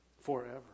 forever